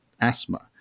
asthma